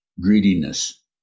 greediness